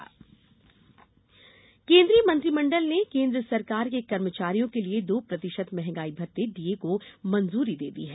केन्द्रीय कर्मचारी डीए केन्द्रीय मंत्रिमंडल ने केन्द्र सरकार के कर्मचारियों के लिए दो प्रतिशत महंगाई भत्ते डीए को मंजूरी दे दी है